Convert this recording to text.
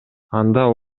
анда